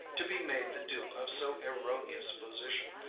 to be made the dupe of so erroneous a position,